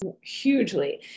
hugely